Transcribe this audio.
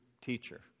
teacher